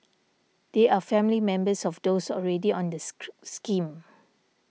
they are family members of those already on the scheme